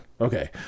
Okay